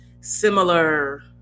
similar